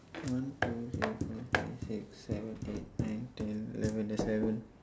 one two three four five six seven eight nine ten eleven there's eleven